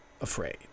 Afraid